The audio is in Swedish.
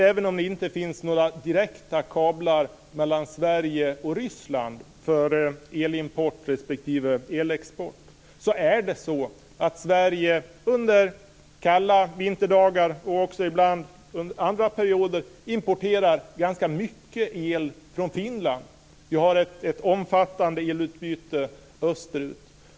Även om det inte finns några direkta kablar mellan Sverige och Ryssland för elimport respektive elexport importerar Sverige under kalla vinterdagar och ibland även under andra perioder ganska mycket el från Finland. Vi har ett omfattande elutbyte österut.